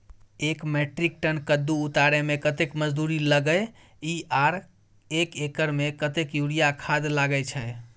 एक metric ton कद्दू उतारे में कतेक मजदूरी लागे इ आर एक एकर में कतेक यूरिया खाद लागे छै?